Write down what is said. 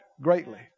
greatly